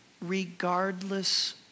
regardless